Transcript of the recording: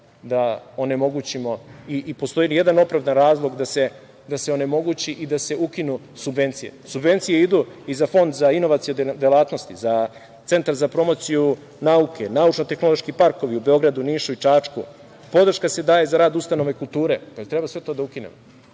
da onemogućimo i postoji li jedan opravdan razlog da se onemogući i da se ukinu subvencije. Subvencije idu i za Fond za inovacione delatnosti, za Centar za promociju nauke, naučno-tehnološki parkovi u Beogradu, Nišu i Čačku. Podrška se daje za rad ustanove kulture. Pa, da li treba sve to da ukinemo?